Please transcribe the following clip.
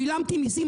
שילמתי מיסים.